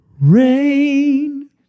Rain